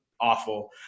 awful